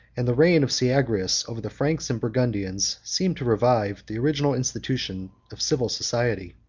and the reign of syagrius over the franks and burgundians seemed to revive the original institution of civil society.